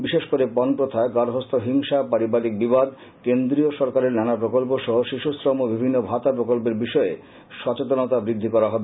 বিশেষ করে পণপ্রথা গার্হস্য হিংসা পারিবারিক বিবাদ কেন্দ্রীয় সরকারের নান প্রকল্প সহ শিশু শ্রম ও বিভিন্ন ভাতা প্রকল্পের বিষয়ে সচেতনতা বৃদ্ধি করা হবে